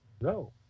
no